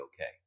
okay